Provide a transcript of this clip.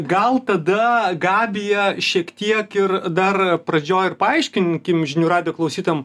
gal tada gabija šiek tiek ir dar pradžioj paaiškinkim žinių radijo klausytojam